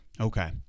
Okay